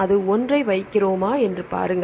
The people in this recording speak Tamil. அது 1 ஐ வைக்கிறோமா என்று பாருங்கள்